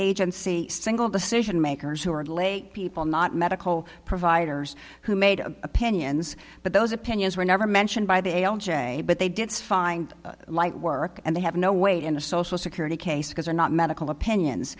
agency single decision makers who were lay people not medical providers who made opinions but those opinions were never mentioned by the way but they did find light work and they have no weight in a social security case because they're not medical opinions